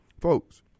folks